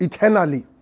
Eternally